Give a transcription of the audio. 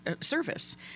service